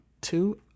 two